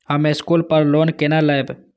हम स्कूल पर लोन केना लैब?